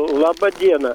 laba diena